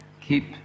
keep